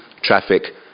traffic